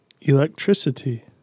Electricity